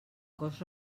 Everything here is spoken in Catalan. cost